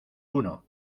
uno